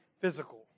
physical